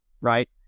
right